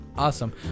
Awesome